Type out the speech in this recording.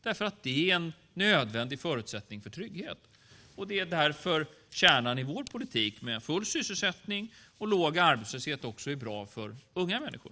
Det är en nödvändig förutsättning för trygghet. Det är därför kärnan i vår politik, full sysselsättning och låg arbetslöshet, också är bra för unga människor.